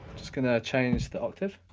just gonna change the octave.